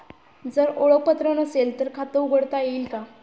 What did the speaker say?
जर ओळखपत्र नसेल तर खाते उघडता येईल का?